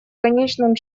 конечном